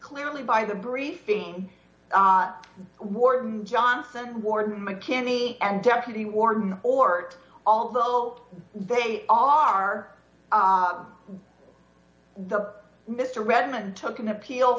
clearly by the briefing warden johnson warden mckinney and deputy warden or although they are the mr redmond took an appeal